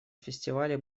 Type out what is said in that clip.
фестивале